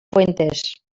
fuentes